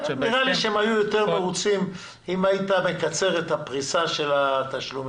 נראה לי שהם היו יותר מרוצים אם היית מקצר את הפריסה של התשלומים.